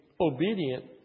obedient